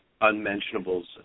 unmentionables